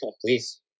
Please